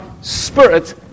spirit